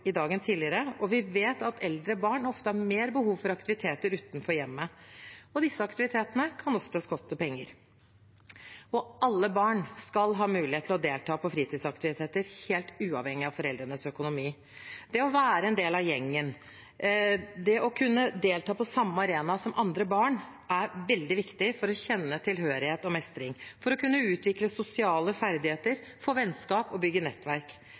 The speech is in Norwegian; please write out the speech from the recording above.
tidligere, og vi vet at eldre barn ofte har mer behov for aktiviteter utenfor hjemmet. Disse aktivitetene kan ofte koste penger. Alle barn skal ha mulighet til å delta på fritidsaktiviteter, helt uavhengig av foreldrenes økonomi. Det å være en del av gjengen og kunne delta på samme arena som andre barn er veldig viktig for å kjenne tilhørighet og mestring, for å kunne utvikle sosiale ferdigheter, få vennskap og bygge nettverk.